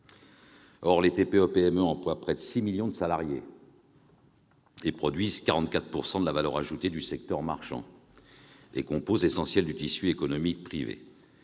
Or les TPE et PME emploient près de 6 millions de salariés, produisent 44 % de la valeur ajoutée du secteur marchand et composent l'essentiel du tissu économique privé.